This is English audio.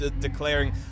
declaring